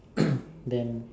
then